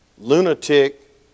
lunatic